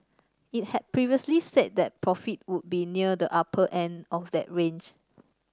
it had previously said that profit would be near the upper end of that range